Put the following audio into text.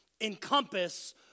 encompass